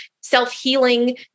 self-healing